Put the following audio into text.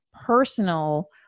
personal